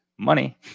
Money